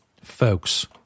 folks